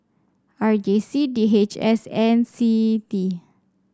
R J C D H S and CITI